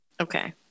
Okay